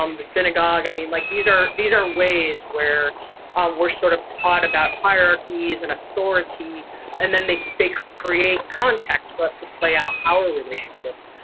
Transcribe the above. um the synagogue. i mean, like these are these are ways where um we're sort of taught about hierarchies and authority and then they they create context for us to play out power relationships.